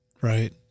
right